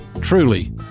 truly